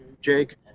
Jake